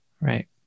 right